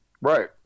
Right